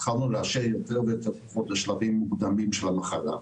התחלנו לאשר יותר ויותר בשלבים מוקדמים של המחלה.